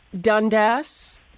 Dundas